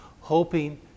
hoping